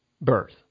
birth